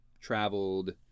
traveled